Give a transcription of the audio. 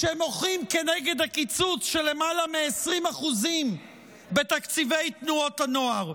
שמוחים כנגד הקיצוץ של למעלה מ-20% בתקציבי תנועות הנוער.